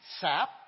sap